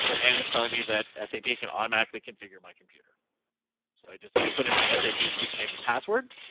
and it's telling me that asap can automatically configure my computer. so i just need to put in my asap username and password.